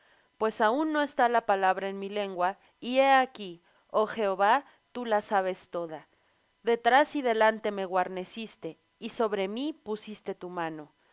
pues aun no está la palabra en mi lengua y he aquí oh jehová tú la sabes toda detrás y delante me guarneciste y sobre mí pusiste tu mano